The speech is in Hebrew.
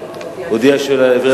הודיע שהוא לא יהיה.